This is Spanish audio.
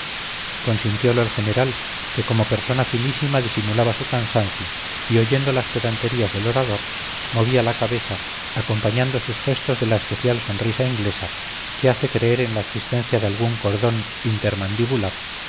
también consintiolo el general que como persona finísima disimulaba su cansancio y oyendo las pedanterías del orador movía la cabeza acompañando sus gestos de la especial sonrisa inglesa que hace creer en la existencia de algún cordón